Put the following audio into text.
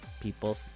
people